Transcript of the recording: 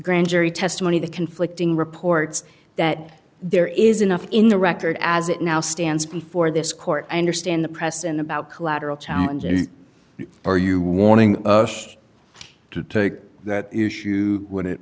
grand jury testimony the conflicting reports that there is enough in the record as it now stands before this court i understand the press in about collateral challenges are you warning us to take that issue when it